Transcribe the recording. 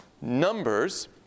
Numbers